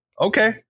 Okay